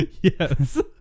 Yes